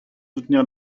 soutenir